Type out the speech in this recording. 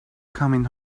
coming